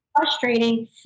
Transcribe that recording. frustrating